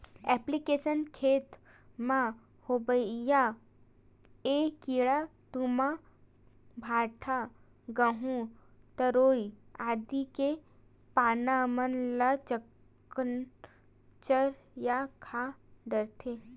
एपीलेकना खेत म होवइया ऐ कीरा तुमा, भांटा, गहूँ, तरोई आदि के पाना मन ल चिक्कन चर या खा डरथे